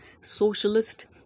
socialist